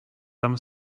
tam